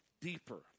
deeper